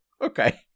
okay